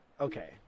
okay